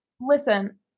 Listen